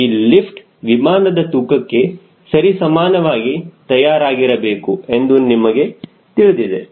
ಈ ಲಿಫ್ಟ್ ವಿಮಾನದ ತೂಕಕ್ಕೆ ಸರಿಸಮಾನವಾಗಿ ತಯಾರಾಗಿರಬೇಕು ಎಂದು ನಮಗೆ ತಿಳಿದಿದೆ